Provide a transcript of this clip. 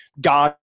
god